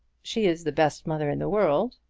she is the best mother in the world.